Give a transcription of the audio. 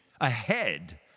ahead